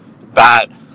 Bad